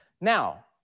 Now